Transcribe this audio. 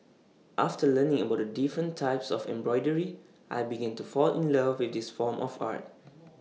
after learning about the different types of embroidery I began to fall in love with this form of art